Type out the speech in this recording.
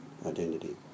identity